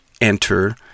enter